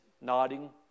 nodding